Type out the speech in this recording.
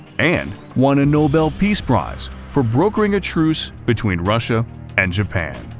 and won a nobel peace prize for brokering a truce between russia and japan.